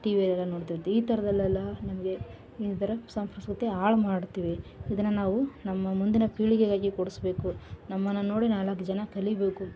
T ವಿಯಲೆಲ್ಲ ನೋಡ್ತೀವಿ ಈ ಥರದಲ್ಲೆಲ್ಲ ನಮಗೆ ಈ ಥರ ಸಾಂಪ್ರಸ್ವತೆ ಹಾಳ್ ಮಾಡ್ತೀವಿ ಇದನ್ನ ನಾವು ನಮ್ಮ ಮುಂದಿನ ಪೀಳಿಗೆಗಾಗಿ ಕೊಡಿಸ್ಬೇಕು ನಮ್ಮನ್ನು ನೋಡಿ ನಾಲ್ಕು ಜನ ಕಲೀಬೇಕು